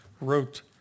wrote